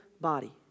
body